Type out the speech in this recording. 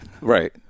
Right